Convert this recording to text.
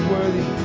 Worthy